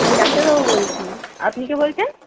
আমি ডাক্তারবাবু বলছি আপনি কে বলছেন